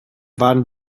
waren